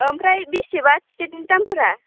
ओमफ्राय बेसेबां टिकेटनि दामफोरा